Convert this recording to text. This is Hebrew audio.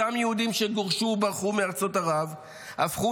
אותם יהודים שגורשו וברחו מארצות ערב הפכו